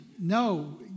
No